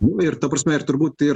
nu ir ta prasme ir turbūt ir